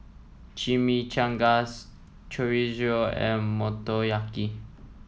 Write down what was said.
Chimichangas Chorizo and Motoyaki